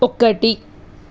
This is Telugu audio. ఒకటి